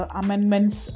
amendments